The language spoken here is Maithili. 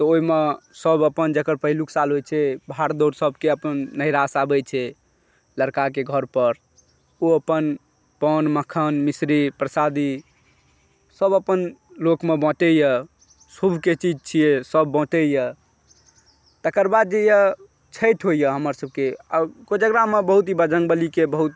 तऽ ओहिमे सभ अपन जेकर पहिलुक साल होइ छै भाड़ दौर सभके नैहरासॅं आबै छै लड़काके घर पर ओ अपन पान मखान मिसरी प्रसादी सभ अपन लोकमे बाँटै यऽ शुभके चीज़ छियै सभ बाँटै तकर बाद जे यऽ छठि होइया हमरसभके कोज़गरामे बहुत ही बजरंगबलीके बहुत